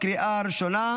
לקריאה הראשונה.